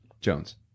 Jones